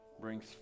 brings